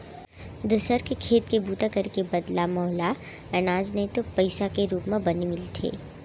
दूसर के खेत के बूता करे के बदला म ओला अनाज नइ तो पइसा के रूप म बनी मिलथे